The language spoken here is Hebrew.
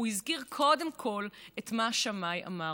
הוא הזכיר קודם כול את מה ששמאי אמר.